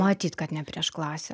matyt kad ne prieš klasę